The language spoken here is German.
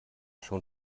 schon